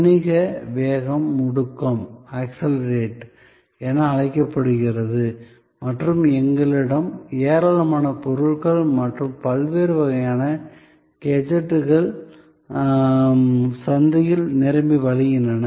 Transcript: வணிக வேகம் முடுக்கம் என அழைக்கப்படுகிறது மற்றும் எங்களிடம் ஏராளமான பொருட்கள் மற்றும் பல்வேறு வகையான கேஜெட்டுகள் சந்தையில் நிரம்பி வழிகின்றன